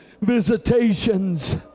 Visitations